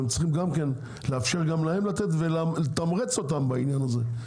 צריך לאפשר גם להם לתת ולתמרץ אותם בעניין הזה.